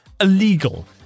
illegal